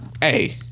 hey